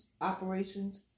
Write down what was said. operations